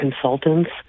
consultants